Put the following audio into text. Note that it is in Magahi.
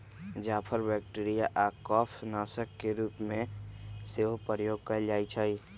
जाफर बैक्टीरिया आऽ कफ नाशक के रूप में सेहो प्रयोग कएल जाइ छइ